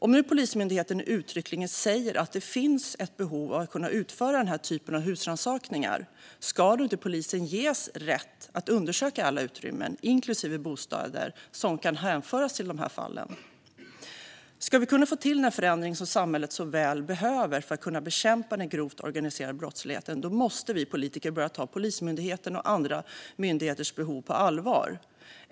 Om nu Polismyndigheten uttryckligen säger att det finns ett behov av att kunna utföra den här typen av husrannsakningar, ska då inte polisen ges rätt att undersöka alla utrymmen, inklusive bostäder, som kan hänföras till dessa fall? Om vi ska få till den förändring som samhället så väl behöver för att kunna bekämpa den grovt organiserade brottsligheten måste vi politiker börja ta Polismyndighetens och andra myndigheters behov på allvar.